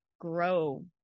grow